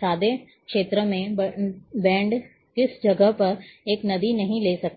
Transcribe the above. सादे क्षेत्र में बैंड किस जगह पर एक नदी नहीं ले सकते हैं